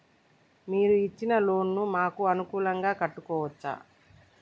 మీరు ఇచ్చిన లోన్ ను మాకు అనుకూలంగా కట్టుకోవచ్చా?